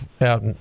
out